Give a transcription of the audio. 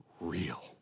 real